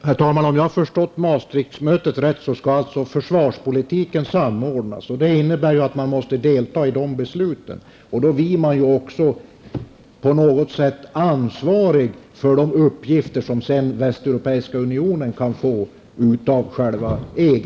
Herr talman! Om jag förstått Maastrichtmötet rätt skall försvarspolitiken samordnas, och det innebär att man måste delta i besluten på det området. Då blir man också på något sätt ansvarig för de uppgifter som sedan Västeuropeiska unionen kan få av EG.